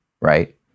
right